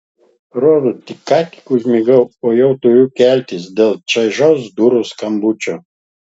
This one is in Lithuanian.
rodos tik ką užmigau o jau turiu keltis dėl čaižaus durų skambučio